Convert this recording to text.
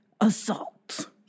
Assault